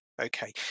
okay